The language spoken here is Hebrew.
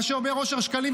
מה שאומר אושר שקלים,